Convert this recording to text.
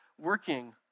working